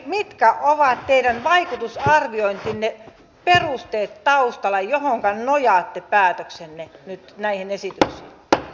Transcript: mitkä ovat teidän vaikutusarviointinne perusteet taustalla joihinka nojaatte päätöksenne nyt näistä esityksistä